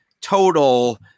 total